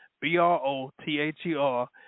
B-R-O-T-H-E-R